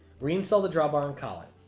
reinstall the drawbar and collet.